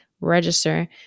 register